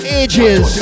ages